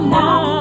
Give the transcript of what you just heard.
now